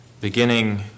beginning